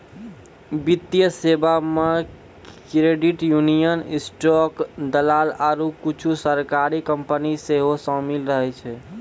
वित्तीय सेबा मे क्रेडिट यूनियन, स्टॉक दलाल आरु कुछु सरकारी कंपनी सेहो शामिल रहै छै